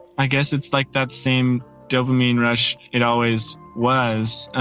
i guess it's like that same dopamine rush. it always was.